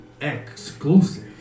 exclusive